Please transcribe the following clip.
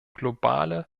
globale